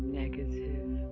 negative